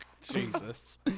Jesus